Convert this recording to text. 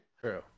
True